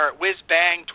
whiz-bang